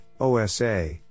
OSA